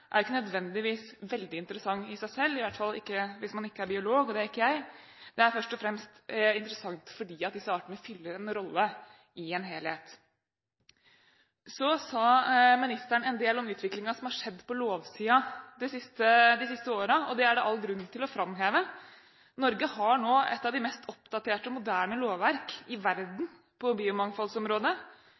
er ikke nødvendigvis veldig interessant i seg selv – i hvert fall ikke hvis man ikke er biolog, og det er ikke jeg. Det er først og fremst interessant fordi disse artene fyller en rolle i en helhet. Ministeren sa en del om utviklingen som har skjedd på lovsiden de siste årene. Det er det all grunn til å framheve. Norge har nå et av de mest oppdaterte og moderne lovverk i verden på biomangfoldsområdet.